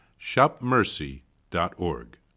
shopmercy.org